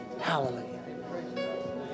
Hallelujah